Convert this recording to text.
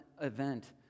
event